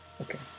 Okay